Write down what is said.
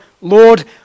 Lord